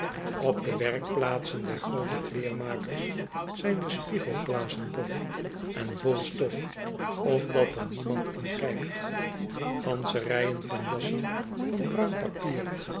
op de werkplaatsen der groote kleermakers zijn de spiegelglazen dof en vol stof omdat er niemand in kijkt gansche rijen van jassen van bruinpapier